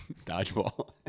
dodgeball